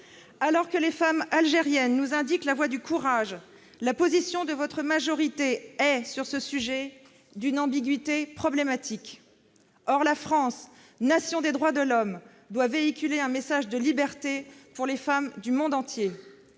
Alors que les femmes algériennes nous indiquent la voie du courage, la position de votre majorité est, sur ce sujet, d'une ambiguïté problématique. Or la France, nation des droits de l'homme, doit véhiculer un message de liberté pour les femmes du monde entier.